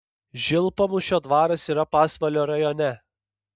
žilpamūšio dvaras yra pasvalio rajone